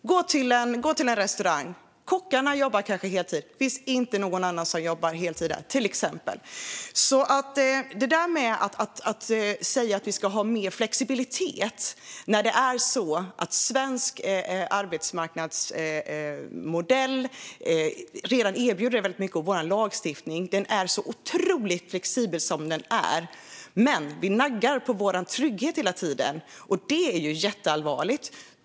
Gå till en restaurang! Kockarna kanske jobbar heltid, men det finns inte någon annan som jobbar heltid där. Man säger att vi ska ha mer flexibilitet när den svenska arbetsmarknadsmodellen redan erbjuder väldigt mycket flexibilitet och vår lagstiftning är så otroligt flexibel som den är. Men vi naggar på vår trygghet hela tiden, och det är jätteallvarligt.